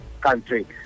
country